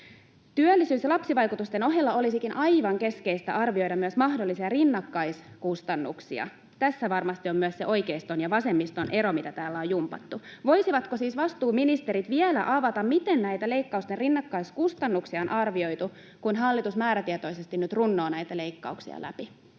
Työllisyys- ja lapsivaikutusten ohella olisikin aivan keskeistä arvioida myös mahdollisia rinnakkaiskustannuksia — tässä varmasti on myös se oikeiston ja vasemmiston ero, mitä täällä on jumpattu. Voisivatko siis vastuuministerit vielä avata, miten näitä leikkausten rinnakkaiskustannuksia on arvioitu, kun hallitus määrätietoisesti nyt runnoo näitä leikkauksia läpi?